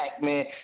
man